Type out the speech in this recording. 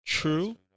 True